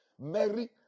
Mary